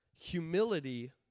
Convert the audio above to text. humility